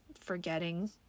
forgetting